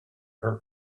her